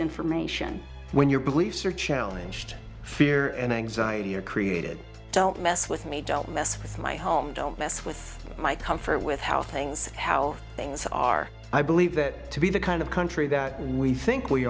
information when your beliefs are challenged fear and anxiety are created don't mess with me don't mess with my home don't mess with my comfort with how things how things are i believe that to be the kind of country that we think we